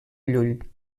llull